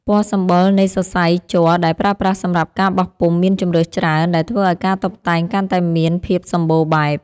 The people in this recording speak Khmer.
ពណ៌សម្បុរនៃសរសៃជ័រដែលប្រើប្រាស់សម្រាប់ការបោះពុម្ពមានជម្រើសច្រើនដែលធ្វើឱ្យការតុបតែងកាន់តែមានភាពសម្បូរបែប។